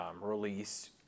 release